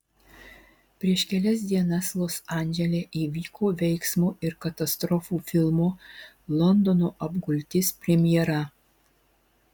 prieš kelias dienas los andžele įvyko veiksmo ir katastrofų filmo londono apgultis premjera